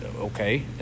Okay